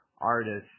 artists